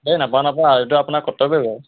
এই নাপাওঁ নাপাওঁ এইটো আপোনাক কৰ্তব্য়ই বাৰু